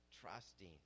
trusting